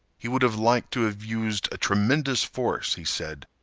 he would have liked to have used a tremendous force, he said,